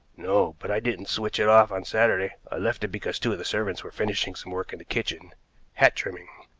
no but i didn't switch it off on saturday. i left it because two of the servants were finishing some work in the kitchen hat trimming.